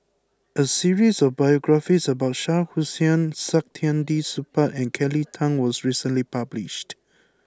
a series of biographies about Shah Hussain Saktiandi Supaat and Kelly Tang was recently published